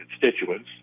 constituents